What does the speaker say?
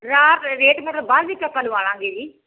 ਰਾ ਰੇਟ ਮਤਲਬ ਬਾਅਦ ਵਿੱਚ ਆਪਾਂ ਲਗਵਾ ਲਵਾਂਗੇ ਜੀ